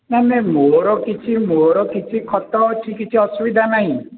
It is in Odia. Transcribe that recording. ନାଇଁ ନାଇଁ ମୋର କିଛି ମୋର କିଛି ଖତ ଅଛି କିଛି ଅସୁବିଧା ନାହିଁ